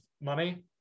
money